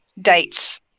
dates